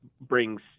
brings